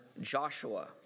Joshua